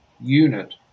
unit